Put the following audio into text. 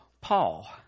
Paul